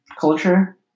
culture